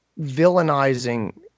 villainizing